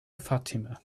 fatima